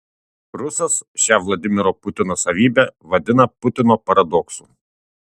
rusas šią vladimiro putino savybę vadina putino paradoksu